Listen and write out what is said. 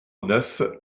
neuf